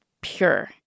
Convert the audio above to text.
pure